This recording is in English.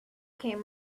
came